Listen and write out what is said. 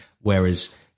whereas